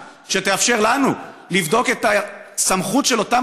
שתאפשר לנו לבדוק את הסמכות של אותם